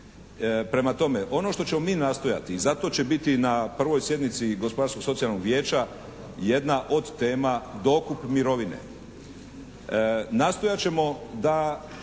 Prema tome, ono što ćemo mi nastojati i zato će biti na prvoj sjednici Gospodarskog socijalnog vijeća jedna od tema dokup mirovine.